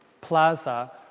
plaza